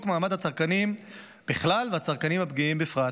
מעמד הצרכנים בכלל והצרכנים הפגיעים בפרט.